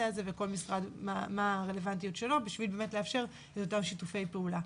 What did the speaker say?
הזה ומה הרלוונטיות של כל משרד כדי לאפשר את אותם שיתופי פעולה.